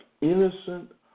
innocent